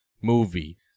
movie